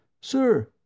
Sir